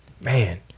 man